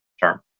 term